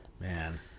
Man